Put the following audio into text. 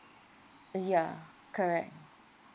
ya correct